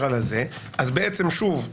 אז שוב,